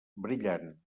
brillant